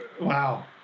Wow